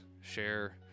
share